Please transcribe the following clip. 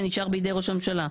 זה נשאר בידי ראש הממשלה?